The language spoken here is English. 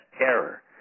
error